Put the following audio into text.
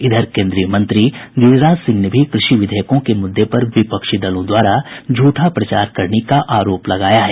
इधर केन्द्रीय मंत्री गिरिराज सिंह ने भी कृषि विधेयकों के मुद्दे पर विपक्षी दलों द्वारा झूठा प्रचार करने का आरोप लगाया है